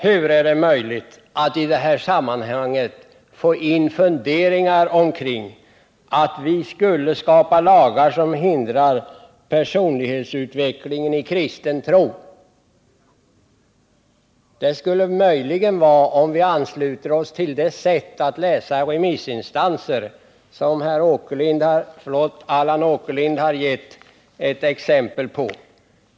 Hur är det möjligt att i det här sammanhanget få in funderingar som går ut på att vi skapar lagar som hindrar personlighetsutvecklingen i kristen tro? Möjligen kan man göra det om man ansluter sig till det sätt att läsa remissyttranden som Allan Åkerlind har givit exempel på.